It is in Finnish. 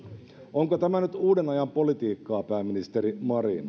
onko tämä nyt uuden ajan politiikkaa pääministeri marin